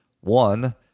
one